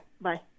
Bye